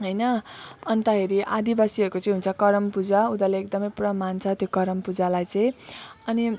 होइन अन्त हेरी आदिवासीहरूको चाहिँ हुन्छ करम पूजा उनीहरूले एकदम पुरा मान्छ त्यो पूजालाई चाहिँ अनि